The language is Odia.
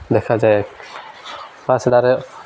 ଦେଖାଯାଏ ବା ସେଠାରେ